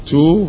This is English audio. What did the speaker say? Two